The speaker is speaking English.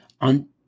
on